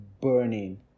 burning